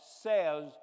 says